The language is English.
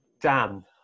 Dan